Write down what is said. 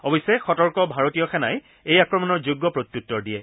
অৱশ্যে সতৰ্ক ভাৰতীয় সেনাই এই আক্ৰমণৰ যোগ্য প্ৰত্যুত্তৰ দিয়ে